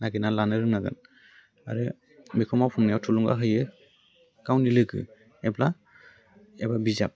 नागिरना लानो रोंनांगोन आरो बेखौ मावफुंनायाव थुलुंगा होयो गावनि लोगो एबा बिजाब